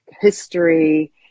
history